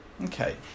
Okay